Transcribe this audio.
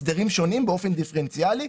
או הסדרים שונים באופן דיפרנציאלי.